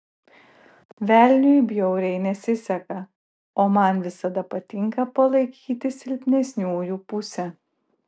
velniui bjauriai nesiseka o man visada patinka palaikyti silpnesniųjų pusę